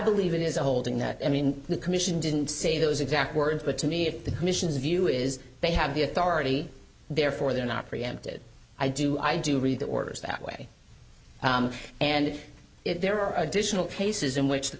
believe it is a holding that i mean the commission didn't say those exact words but to me if the commission's view is they have the authority therefore they are not preempted i do i do read the orders that way and if there are additional cases in